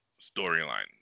storyline